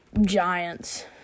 Giants